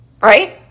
right